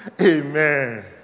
Amen